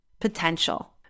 potential